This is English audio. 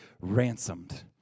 ransomed